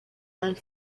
and